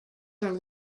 are